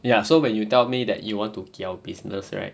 ya so when you tell me that you want to keep our business right